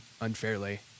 unfairly